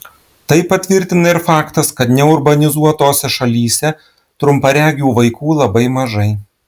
tai patvirtina ir faktas kad neurbanizuotose šalyse trumparegių vaikų labai mažai